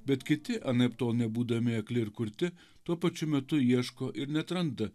bet kiti anaiptol nebūdami akli ir kurti tuo pačiu metu ieško ir neatranda